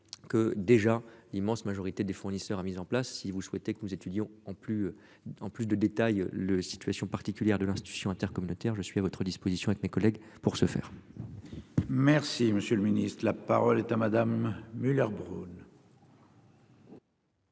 Que déjà l'immense majorité des fournisseurs, a mis en place si vous souhaitez que nous étudions en plus en plus de détails. Le situation particulière de l'institution intercommunautaires. Je suis à votre disposition avec mes collègues. Pour ce faire. Merci, monsieur le Ministre, la parole est à madame Muller-Bronn.